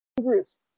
groups